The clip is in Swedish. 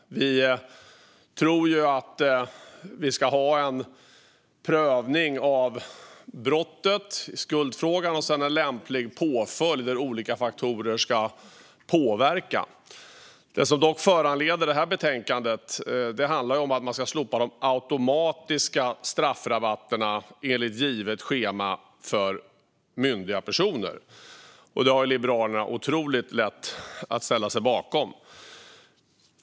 Vi tror att vi ska ha en prövning av brottet i skuldfrågan och sedan en lämplig påföljd där olika faktorer ska påverka. Det som dock föranleder detta betänkande är att man ska slopa de automatiska straffrabatterna för myndiga personer enligt ett givet schema. Det har Liberalerna otroligt lätt att ställa sig bakom.